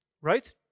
right